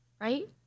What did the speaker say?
right